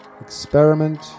Experiment